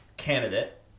candidate